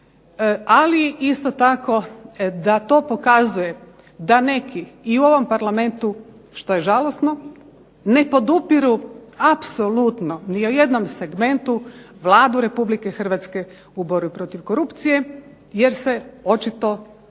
ali isto tako da to pokazuje da neki i u ovom Parlamentu što je žalosno ne podupiru apsolutno ni u jednom segmentu Vladu Republike Hrvatske u borbi protiv korupcije jer se očito boje